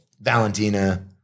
Valentina